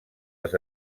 les